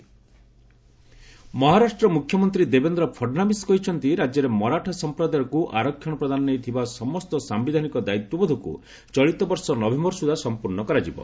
ଫଡ୍ନାବିସ୍ ମାରାଥନ କୋଟା ମହାରାଷ୍ଟ ମ୍ରଖ୍ୟମନ୍ତ୍ରୀ ଦେବେନ୍ ଫଡ୍ନାବିସ୍ କହିଛନ୍ତି ରାଜ୍ୟରେ ମରାଠା ସଂପ୍ରଦାୟକୁ ଆରକ୍ଷଣ ପ୍ରଦାନ ନେଇ ଥିବା ସମସ୍ତ ସାୟିଧାନିକ ଦାୟିତ୍ୱବୋଧକୁ ଚଳିତ ବର୍ଷ ନଭେମ୍ବର ସୁଦ୍ଧା ସଂପର୍ଣ୍ଣ କରାଯିବ